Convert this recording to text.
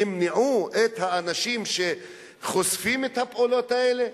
ימנעו את האנשים שחושפים את הפעולות האלה?